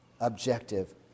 Objective